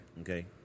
Okay